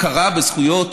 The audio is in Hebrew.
הכרה בזכויות